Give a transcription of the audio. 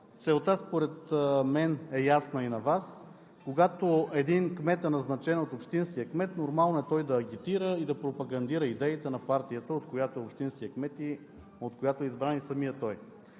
Целта според мен е ясна и на Вас. Когато един кмет е назначен от общинския кмет, нормално е той да агитира и да пропагандира идеите на партията, от която е общинският кмет и от която е избран и самият той.